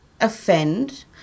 offend